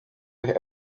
have